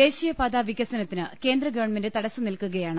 ദേശീയപാതാ വികസനത്തിന് കേന്ദ്രഗ വൺമെന്റ് തടസ്സം നിൽക്കുകയാണ്